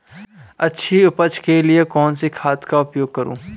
अच्छी उपज के लिए कौनसी खाद का उपयोग करूं?